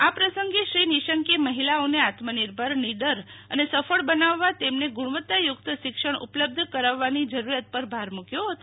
આ પ્રસંગે નિશંકે મહિલાઓને આત્મનિર્ભર નીડર અને સફળ બનાવવા તેમને ગુણવતતાયુક્ત શિક્ષણ ઉપલબ્ધ કરાવવાની જરૂરિયાત પર ભાર મુક્યો હતો